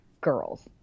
girls